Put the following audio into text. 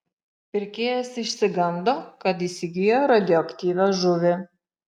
pirkėjas išsigando kad įsigijo radioaktyvią žuvį